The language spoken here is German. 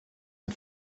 ein